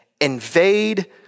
invade